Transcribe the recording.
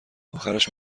آخرش